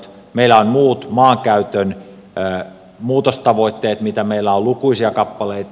meillä on muut maankäytön muutostavoitteet mitä meillä on lukuisia kappaleita